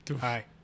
hi